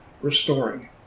restoring